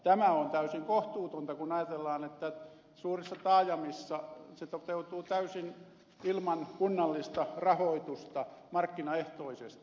tämä on täysin kohtuutonta kun ajatellaan että suurissa taajamissa se toteutuu täysin ilman kunnallista rahoitusta markkinaehtoisesti